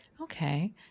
Okay